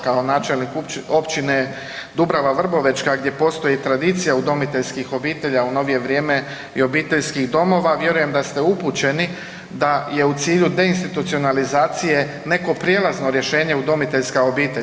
Kao načelnik Općine Dubrava Vrbovečka gdje postoji tradicija udomiteljskih obitelji, a u novije vrijeme i obiteljskih domova, vjerujem da ste upućeni da je u cilju deinstitucionalizacije neko prijelazno rješenje udomiteljska obitelj.